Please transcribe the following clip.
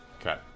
Okay